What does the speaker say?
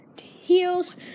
Heels